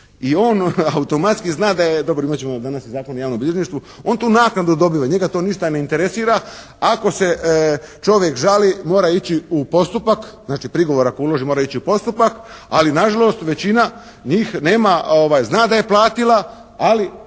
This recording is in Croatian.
i on automatski zna da je, dobro imat ćemo danas i Zakon o javnom bilježništvu, on tu naknadu dobiva. Njega to ništa ne interesira. Ako se čovjek žali mora ići u postupak. Znači, prigovor ako uloži mora ići u postupak. Ali na žalost većina njih zna da je platila ali